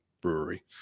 Brewery